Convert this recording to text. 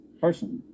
personally